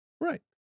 Right